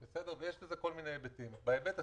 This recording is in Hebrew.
גפני, אם אתה עושה את זה בהלוואה,